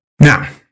Now